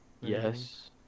Yes